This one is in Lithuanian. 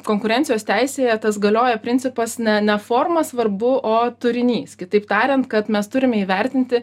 konkurencijos teisėje tas galioja principas ne ne forma svarbu o turinys kitaip tariant kad mes turime įvertinti